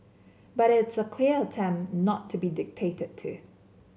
but it's a clear attempt not to be dictated to